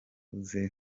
yavuze